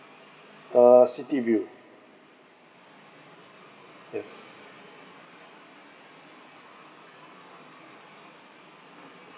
uh city view yes